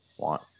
want